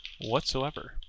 whatsoever